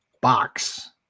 box